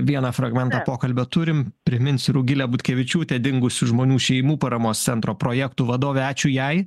vieną fragmentą pokalbio turim priminsiu rugilė butkevičiūtė dingusių žmonių šeimų paramos centro projektų vadovė ačiū jai